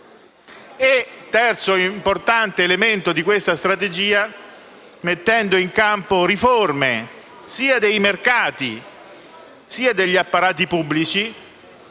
Il terzo importante elemento di questa strategia è mettere in campo riforme, sia dei mercati che degli apparati pubblici,